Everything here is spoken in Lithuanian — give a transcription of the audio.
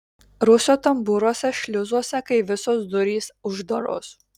rūsio tambūruose šliuzuose kai visos durys uždaros